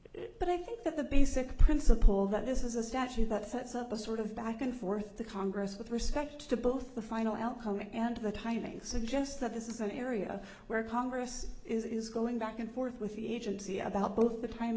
but i think that the basic principle that this is a statute that sets up a sort of back and forth to congress with respect to both the final outcome and the timing suggests that this is an area where congress is going back and forth with the agency about both the tim